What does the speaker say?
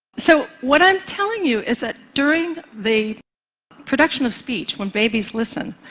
so what i'm telling you is that during the production of speech when babies listen,